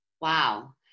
Wow